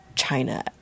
China